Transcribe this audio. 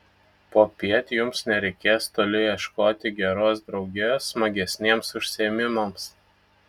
popiet jums nereikės toli ieškoti geros draugijos smagesniems užsiėmimams